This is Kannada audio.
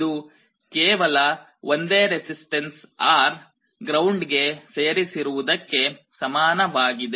ಇದು ಕೇವಲ ಒಂದೇ ರೆಸಿಸ್ಟನ್ಸ್ R ಗ್ರೌಂಡ್ ಗೆ ಸೇರಿಸಿರುವುದಕ್ಕೆ ಸಮಾನವಾಗಿದೆ